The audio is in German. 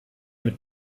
mit